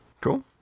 Cool